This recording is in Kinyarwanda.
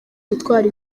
gutwara